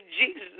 Jesus